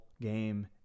game